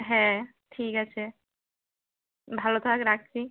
হ্যাঁ ঠিক আছে ভালো থাক রাখি